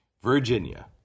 Virginia